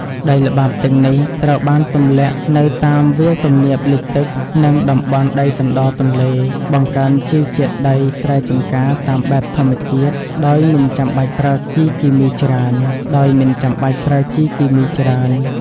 ដីល្បាប់ទាំងនេះត្រូវបានទម្លាក់នៅតាមវាលទំនាបលិចទឹក និងតំបន់ដីសណ្ដរទន្លេ បង្កើនជីជាតិដីស្រែចម្ការតាមបែបធម្មជាតិ ដោយមិនចាំបាច់ប្រើជីគីមីច្រើន។